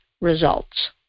results